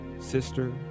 sister